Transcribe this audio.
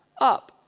Up